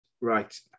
Right